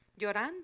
Llorando